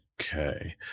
Okay